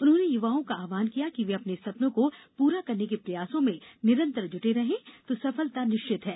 उन्होंने युवाओं का आव्हान किया है कि अपने सपनों को पूरा करने के प्रयासों में वे निरंतर जुटे रहे तो सफलता निश्चित है